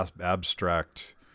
abstract